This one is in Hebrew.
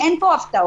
כי אין פה הפתעות.